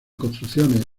construcciones